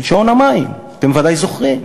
של שעון המים, אתם בוודאי זוכרים,